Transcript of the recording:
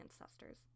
ancestors-